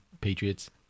Patriots